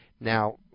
Now